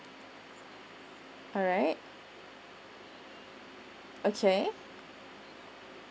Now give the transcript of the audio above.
alright okay